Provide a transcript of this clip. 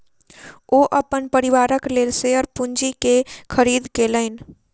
ओ अपन परिवारक लेल शेयर पूंजी के खरीद केलैन